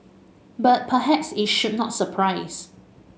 but perhaps it should not surprise